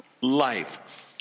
life